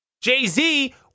Jay-Z